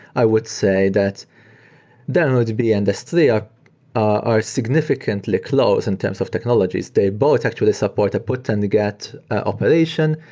i would say that dynamodb and s three are are significantly close in terms of technologies. they both actually support a put and get operation,